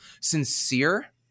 sincere